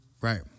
Right